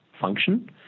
function